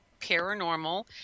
paranormal